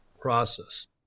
process